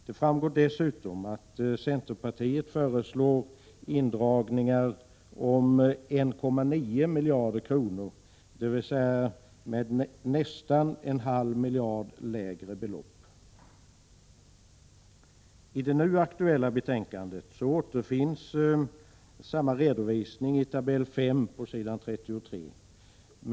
Det framgår dessutom att centerpartiet föreslår indragningar på 1,9 miljarder kronor, dvs. med ett belopp som är nästan en halv miljard lägre. I det nu aktuella betänkandet återfinns samma redovisning i tabell 5 på s. 33.